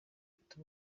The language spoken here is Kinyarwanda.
ufite